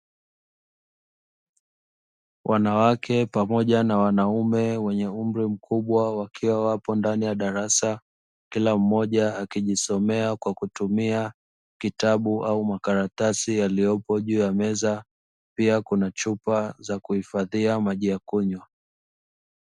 Wanawake pamoja na wanaume wenye umri mkubwa, wakiwa wapo ndani ya darasa, kila mmoja akijisomea kwa kutumia kitabu au makaratasi yaliyopo juu ya meza, pia kuna chupa za kuhifadhia maji za kunywa.